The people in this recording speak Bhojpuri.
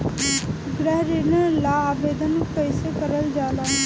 गृह ऋण ला आवेदन कईसे करल जाला?